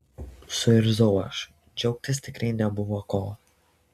suirzau aš džiaugtis tikrai nebuvo ko